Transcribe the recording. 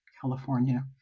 California